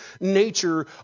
nature